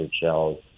shells